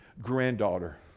granddaughter